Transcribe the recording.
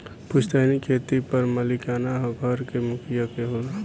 पुस्तैनी खेत पर मालिकाना हक घर के मुखिया के होला